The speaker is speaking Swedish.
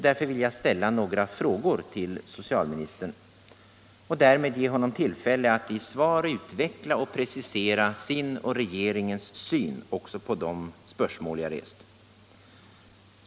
Därför vill jag ställa några frågor till socialministern och därmed ge honom tillfälle att i svar utveckla och precisera sin och regeringens syn också på de spörsmål jag rest.